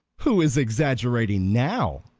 who is exaggerating now?